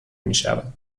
میشود